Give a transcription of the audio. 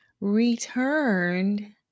returned